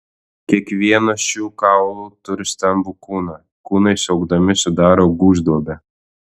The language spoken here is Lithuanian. kiekvienas šių kaulų turi stambų kūną kūnai suaugdami sudaro gūžduobę